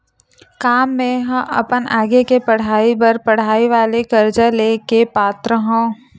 का मेंहा अपन आगे के पढई बर पढई वाले कर्जा ले के पात्र हव?